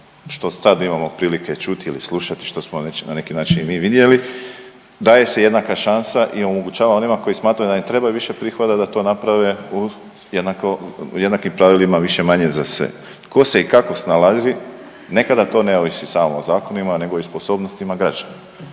što sad imamo prilike čuti ili slušati što smo već na neki način i mi vidjeli daje se jednaka šansa i omogućava onima koji smatraju da ne trebaju više prihoda da to naprave u jednako, jednakim pravilima više-manje za sve. Tko se i kako snalazi nekada to ne ovisi samo o zakonima nego i sposobnostima građana.